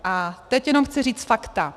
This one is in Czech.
A teď jenom chci říct fakta.